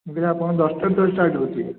ମୁଁ କହିଲି ଆପଣଙ୍କ ଦଶଟାରୁ ତା'ହେଲେ ଷ୍ଟାର୍ଟ ହେଉଛି